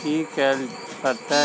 की करऽ परतै?